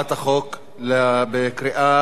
בקריאה שנייה.